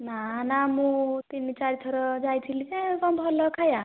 ନାଁ ନାଁ ମୁଁ ତିନି ଚାରି ଥର ଯାଇଥିଲି ଯେ କଣ ଭଲ ଖାଇବା